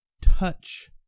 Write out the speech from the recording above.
touch